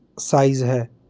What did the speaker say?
size ਹੈ